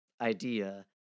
idea